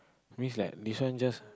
means like this one just